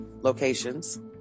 locations